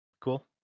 cool